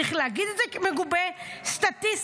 צריך להגיד את זה: מגובה סטטיסטית.